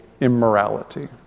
immorality